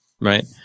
right